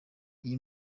iyi